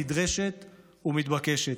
היא נדרשת ומתבקשת.